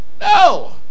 No